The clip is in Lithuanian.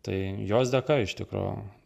tai jos dėka iš tikro